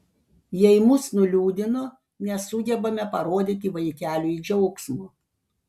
jei mus nuliūdino nesugebame parodyti vaikeliui džiaugsmo